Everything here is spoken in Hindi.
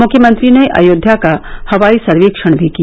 मुख्यमंत्री ने अयोध्या का हवाई सर्वक्षण भी किया